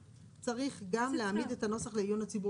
צריך גם להעמיד את הנוסח לעיון הציבור.